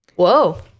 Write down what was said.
Whoa